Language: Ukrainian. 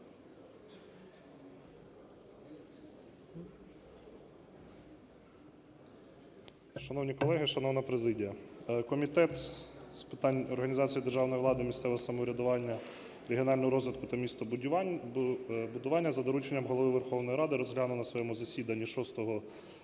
Шановні колеги, шановна президія! Комітет з питань організації державної влади, місцевого самоврядування, регіонального розвитку та містобудування за дорученням Голови Верховної Ради розглянув на своєму засіданні 6 вересня